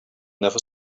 never